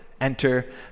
Enter